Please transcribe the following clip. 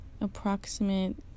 approximate